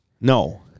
No